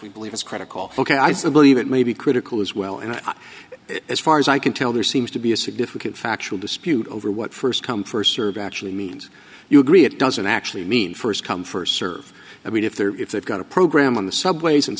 we believe is critical ok i still believe it may be critical as well and i as far as i can tell there seems to be a significant factual dispute over what first come first serve actually means you agree it doesn't actually mean first come first serve i mean if they're if they've got a program on the subways and